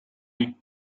les